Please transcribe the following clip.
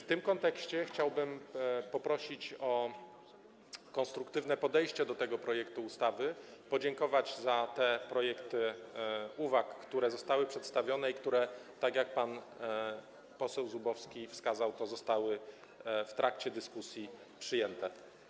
W tym kontekście chciałbym poprosić o konstruktywne podejście do tego projektu ustawy, podziękować za te projekty uwag, które zostały przedstawione i które, tak jak pan poseł Zubowski wskazał, zostały w trakcie dyskusji przyjęte.